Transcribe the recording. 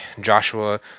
Joshua